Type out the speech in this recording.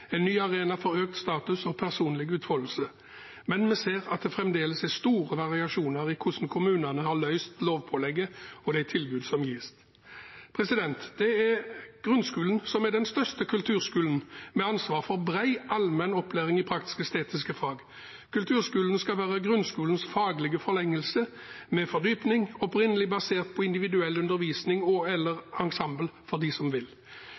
en ny arena for økt status og personlig utfoldelse, men vi ser at det fremdeles er store variasjoner i hvordan kommunene har løst lovpålegget, og de tilbudene som gis. Det er grunnskolen som er den største kulturskolen, med ansvar for bred allmenn opplæring i praktisk-estetiske fag. Kulturskolene skal være grunnskolens faglige forlengelse med fordypning opprinnelig basert på individuell undervisning og/eller ensemble for dem som vil.